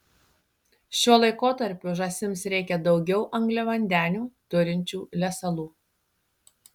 šiuo laikotarpiu žąsims reikia daugiau angliavandenių turinčių lesalų